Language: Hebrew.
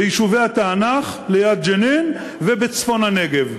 ביישובי התענך ליד ג'נין ובצפון הנגב.